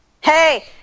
Hey